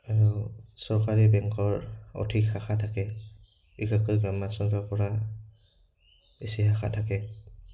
আৰু চৰকাৰী বেংকৰ অধিক শাখা থাকে বিশেষকৈ গ্ৰাম্যাঞ্চলৰপৰা বেছি শাখা থাকে